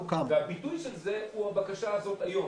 והביטוי של זה זו הבקשה הזאת היום.